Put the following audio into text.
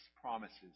promises